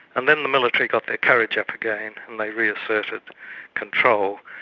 and then the military got their courage up again and they reasserted control.